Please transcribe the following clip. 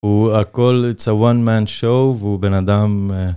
הוא הכל, it's a one-man show, והוא בן אדם.